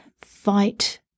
fight